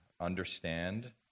understand